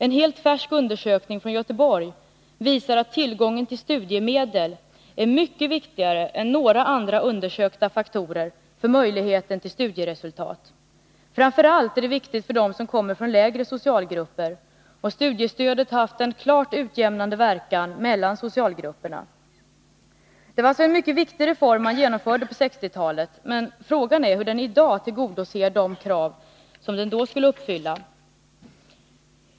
En helt färsk undersökning från Göteborg visar att tillgången till studiemedel är mycket viktigare än några andra undersökta faktorer för möjligheten till studieresultat. Framför allt är studiemedel viktigt för dem som kommer från lägre socialgrupper, och studiestödet har haft en klart utjämnande verkan mellan socialgrupperna. Det var alltså en mycket viktig reform man genomförde på 1960-talet, men frågan är hur den i dag tillgodoser de krav som den då skulle uppfylla.